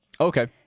Okay